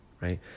right